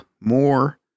More